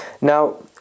Now